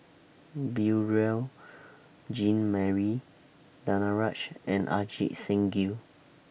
Beurel Jean Marie Danaraj and Ajit Singh Gill